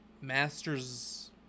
master's